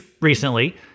recently